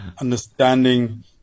understanding